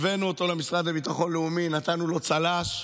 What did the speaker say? הבאנו אותו למשרד לביטחון לאומי, נתנו לו צל"ש.